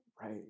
right